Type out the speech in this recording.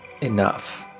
enough